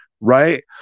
right